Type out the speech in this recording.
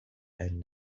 and